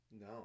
No